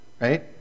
right